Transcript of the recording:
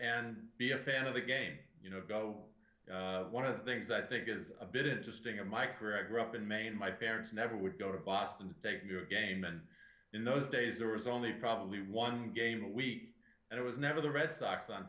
and be a fan of the game you know one of the things i think is a bit interesting in my career i grew up in maine my parents never would go to boston to take new game and in those days there was only probably one game a week and it was never the red so